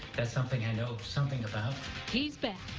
that's something i know something about he's back.